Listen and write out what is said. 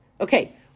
Okay